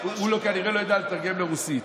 הוא כנראה לא יודע לתרגם לרוסית.